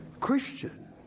Christian